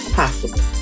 possible